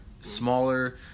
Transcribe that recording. Smaller